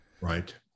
right